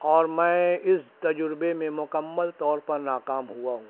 اور میں اس تجربے میں مکمل طور پر ناکام ہوا ہوں